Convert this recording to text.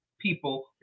people